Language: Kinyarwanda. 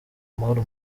amahoro